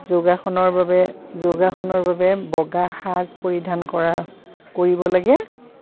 যোগাসনৰ বাবে যোগাসনৰ বাবে বগা সাজ পৰিধান কৰা কৰিব লাগে